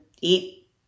eat